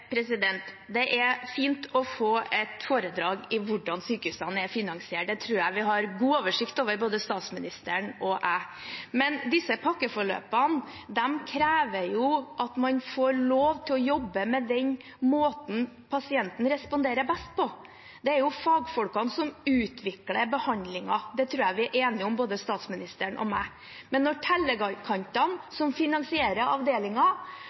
Det er fint å få et foredrag om hvordan sykehusene er finansiert; det tror jeg vi har god oversikt over, både statsministeren og jeg. Disse pakkeforløpene krever at man får lov til å jobbe på den måten pasienten responderer best, og det er fagfolkene som utvikler behandlingen. Det tror jeg vi er enige om, både statsministeren og jeg. Men når